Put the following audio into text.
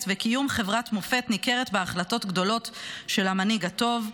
וקיום חברת מופת ניכרת בהחלטות גדולות של המנהיג הטוב,